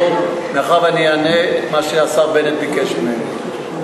מאחר שאני אענה מה שהשר בנט ביקש ממני,